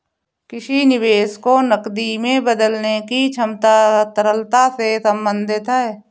किसी निवेश को नकदी में बदलने की क्षमता तरलता से संबंधित है